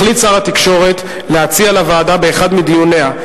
החליט שר התקשורת להציע לוועדה באחד מדיוניה,